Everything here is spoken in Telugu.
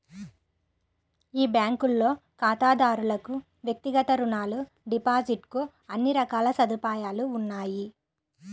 ఈ బ్యాంకులో ఖాతాదారులకు వ్యక్తిగత రుణాలు, డిపాజిట్ కు అన్ని రకాల సదుపాయాలు ఉన్నాయి